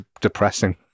depressing